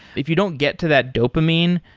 if you don't get to that dopamine,